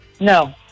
No